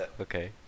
Okay